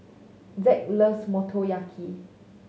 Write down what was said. Zack loves Motoyaki